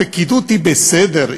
הפקידות היא בסדר.